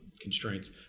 constraints